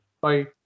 Bye